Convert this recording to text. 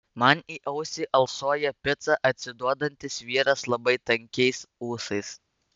man į ausį alsuoja pica atsiduodantis vyras labai tankiais ūsais